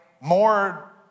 more